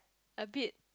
a bit